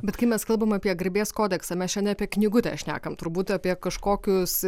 bet kai mes kalbam apie garbės kodeksą mes čia ne apie knygutę šnekam turbūt apie kažkokius